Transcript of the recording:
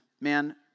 Man